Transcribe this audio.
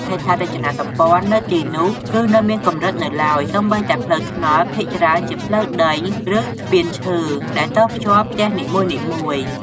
ហេដ្ឋារចនាសម្ព័ន្ធ នៅទីនោះគឺនៅមានកម្រិតនៅឡើយ សូម្បីតែផ្លូវថ្នល់ ភាគច្រើនជាផ្លូវដី ឬស្ពានឈើ ដែលតភ្ជាប់ផ្ទះនីមួយៗ។